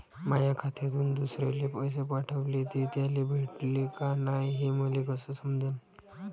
माया खात्यातून दुसऱ्याले पैसे पाठवले, ते त्याले भेटले का नाय हे मले कस समजन?